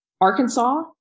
Arkansas